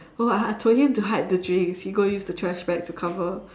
oh I told him to hide the drinks he go use the trash bag to cover